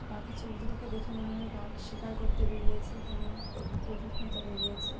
বাঘের চোখ দুটোকে দেখে মনে হবে বাঘ শিকার করতে বেরিয়েছে কোনো পশুর খোঁজে বেরিয়েছে